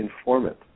informant